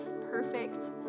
perfect